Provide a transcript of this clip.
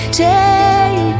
take